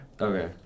Okay